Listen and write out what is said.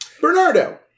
Bernardo